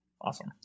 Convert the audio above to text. Awesome